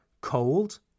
cold